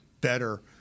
better